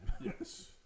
Yes